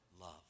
love